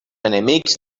enemics